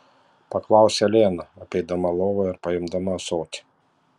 paklausė lena apeidama lovą ir paimdama ąsotį